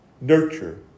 nurture